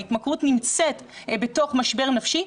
ההתמכרות נמצאת בתוך משבר נפשי,